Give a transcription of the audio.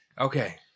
Okay